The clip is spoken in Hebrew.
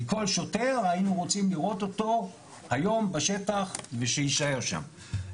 כי כל שוטר היינו רוצים לראות אותו היום בשטח ושיישאר שם.